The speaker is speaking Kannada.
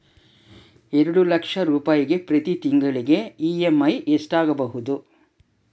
ಎರಡು ಲಕ್ಷ ರೂಪಾಯಿಗೆ ಪ್ರತಿ ತಿಂಗಳಿಗೆ ಇ.ಎಮ್.ಐ ಎಷ್ಟಾಗಬಹುದು?